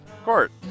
court